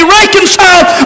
reconciled